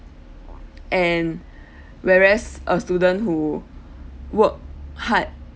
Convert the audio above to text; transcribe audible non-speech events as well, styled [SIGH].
[NOISE] and [BREATH] whereas a student who work hard